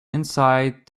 inside